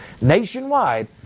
nationwide